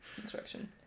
instruction